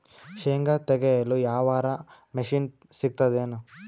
ಶೇಂಗಾ ತೆಗೆಯಲು ಯಾವರ ಮಷಿನ್ ಸಿಗತೆದೇನು?